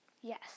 yes